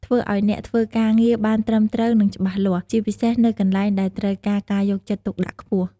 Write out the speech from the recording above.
ធ្វើឲ្យអ្នកធ្វើការងារបានត្រឹមត្រូវ និងច្បាស់លាស់ ជាពិសេសនៅកន្លែងដែលត្រូវការការយកចិត្តទុកដាក់ខ្ពស់។